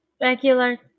regular